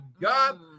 God